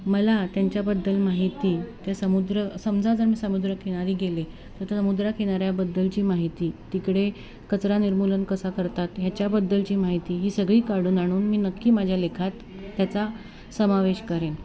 मला त्यांच्याबद्दल माहिती ते समुद्र समजा जर मी समुद्रकिनारी गेले तर त्या समुद्रकिनाऱ्याबद्दलची माहिती तिकडे कचरा निर्मूलन कसा करतात ह्याच्याबद्दलची माहिती ही सगळी काढून आणून मी नक्की माझ्या लेखात त्याचा समावेश करेन